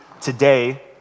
today